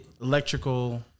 Electrical